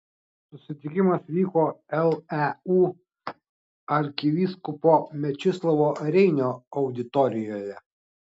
susitikimas vyko leu arkivyskupo mečislovo reinio auditorijoje